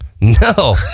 No